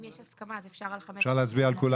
אם יש הסכמה אז אפשר על כולן יחד.